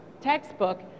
textbook